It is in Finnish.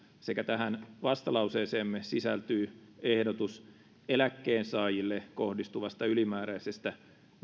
sekä tähän vastalauseeseemme sisältyy ehdotus eläkkeensaajille kohdistuvasta ylimääräisestä